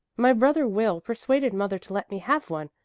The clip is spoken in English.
my brother will persuaded mother to let me have one.